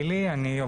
מוביל וסגל בכיר לא